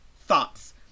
thoughts